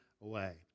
away